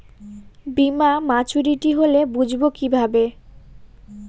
বীমা মাচুরিটি হলে বুঝবো কিভাবে?